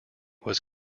was